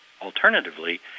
alternatively